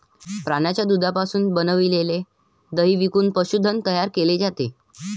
प्राण्यांच्या दुधापासून बनविलेले दही विकून पशुधन तयार केले जाते